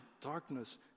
darkness